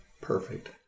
Perfect